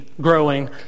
growing